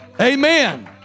Amen